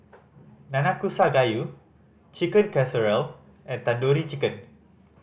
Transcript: Nanakusa Gayu Chicken Casserole and Tandoori Chicken